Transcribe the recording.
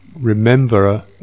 remember